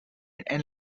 and